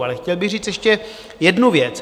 Ale chtěl bych říct ještě jednu věc.